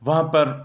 وہاں پر